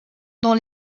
dans